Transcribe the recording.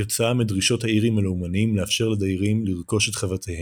כתוצאה מדרישות האירים הלאומנים לאפשר לדיירים לרכוש את חוותיהם.